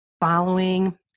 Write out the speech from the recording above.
following